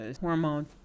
hormone